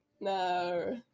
No